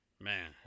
Man